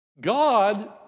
God